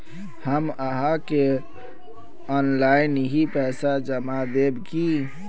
हम आहाँ के ऑनलाइन ही पैसा जमा देब की?